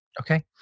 Okay